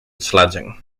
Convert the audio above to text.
sledging